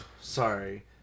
Sorry